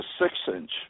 six-inch